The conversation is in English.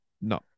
no